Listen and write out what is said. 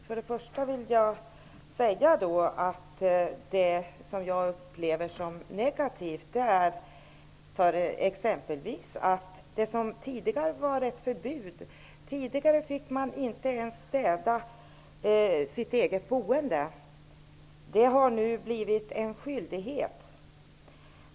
Herr talman! Det finns vissa saker som jag upplever som negativt. Tidigare fick de asylsökande inte städa sin egna rum. Det har nu blivit en skyldighet.